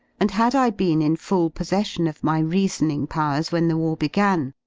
and had i been in full possession of my reasoning powers when the war began,